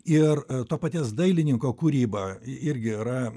ir to paties dailininko kūryba irgi yra